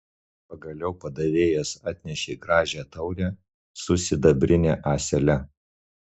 pagaliau padavėjas atnešė gražią taurę su sidabrine ąsele